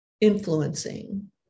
influencing